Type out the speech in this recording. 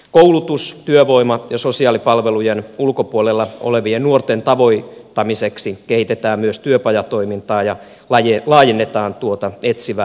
koulutus työvoima ja sosiaalipalvelujen ulkopuolella olevien nuorten tavoittamiseksi kehitetään myös työpajatoimintaa ja laajennetaan etsivää nuorisotyötä